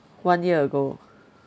one year ago